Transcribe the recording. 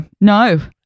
no